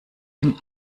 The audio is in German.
dem